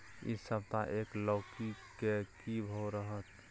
इ सप्ताह एक लौकी के की भाव रहत?